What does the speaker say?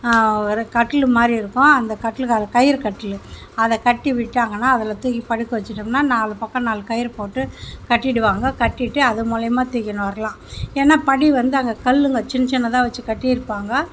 ஒரு கட்டில் மாதிரி இருக்கும் அந்த கட்டுலுக்காக கயிறு கட்டில் அதை கட்டி விட்டாங்கன்னா அதில் தூக்கி படுக்க வச்சுட்டோம்னா நாலு பக்கம் நாலு கயிறு போட்டு கட்டிவிடுவாங்க கட்டிவிட்டு அது மூலியமாக தூக்கின்னு வரலாம் ஏன்னா படி வந்து அங்கே கல்லுங்க சின்ன சின்னதாக வச்சு கட்டியிருப்பாங்க